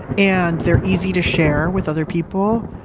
and they're easy to share with other people.